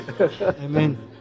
Amen